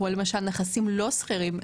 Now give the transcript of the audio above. כמו למשל נכסים לא סחירים,